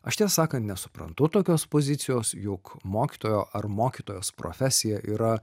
aš tiesą sakant nesuprantu tokios pozicijos juk mokytojo ar mokytojos profesija yra